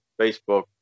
Facebook